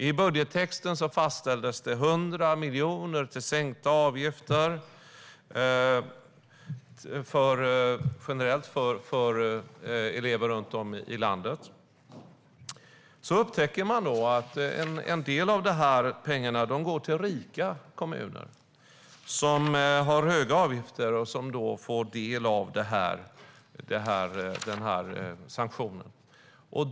I budgettexten fastställdes 100 miljoner till sänkta avgifter generellt för elever runt om i landet. Så upptäckte man att en del av de här pengarna går till rika kommuner som har höga avgifter och som då får del av den här subventionen.